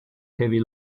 heavy